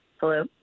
Hello